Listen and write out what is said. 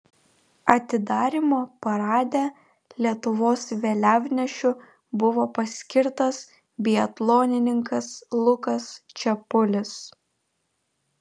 atidarymo parade lietuvos vėliavnešiu buvo paskirtas biatlonininkas lukas čepulis